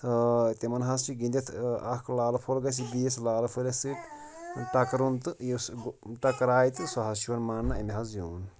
تہٕ تِمَن حظ چھِ گِنٛدِتھ ٲں اَکھ لالہٕ فوٚل گژھہِ بیٚیِس لالہٕ فٔلِس سۭتۍ ٹَکرُن تہٕ یُس ٹَکرایہِ تہٕ سُہ حظ چھُ یِوان ماننہٕ أمۍ حظ زیوٗن